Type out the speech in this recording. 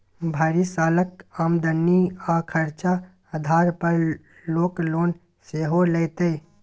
भरि सालक आमदनी आ खरचा आधार पर लोक लोन सेहो लैतै